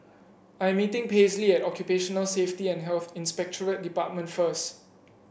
I am meeting Paisley at Occupational Safety and Health Inspectorate Department first